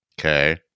Okay